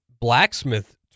blacksmith